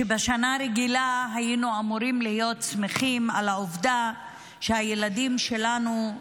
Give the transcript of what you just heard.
ובשנה רגילה היינו אמורים להיות שמחים על העובדה שהילדים שלנו,